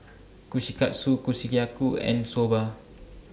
Kushikatsu and Soba